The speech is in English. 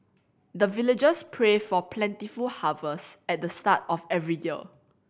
the villagers pray for plentiful harvest at the start of every year